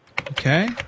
Okay